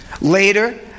Later